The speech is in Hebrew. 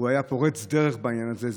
הוא היה פורץ דרך בעניין הזה.